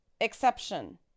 exception